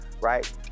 right